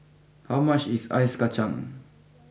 how much is Ice Kachang